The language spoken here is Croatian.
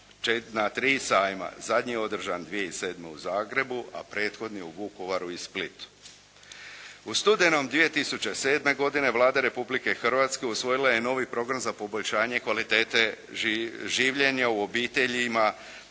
na tri sajma. Zadnji je održan 2007. u Zagrebu a prethodni u Vukovaru i Splitu. U studenom 2007. godine Vlada Republike Hrvatske usvojila je novi program za poboljšanje kvalitete življenja u obiteljima